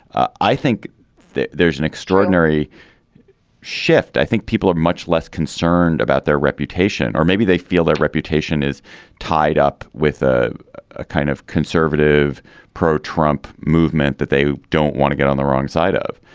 ah i think there is an extraordinary shift. i think people are much less concerned about their reputation or maybe they feel their reputation is tied up with a ah kind of conservative pro trump movement that they don't want to get on the wrong side of.